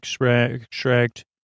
extract